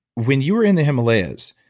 when you were in the himalayas,